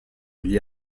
gli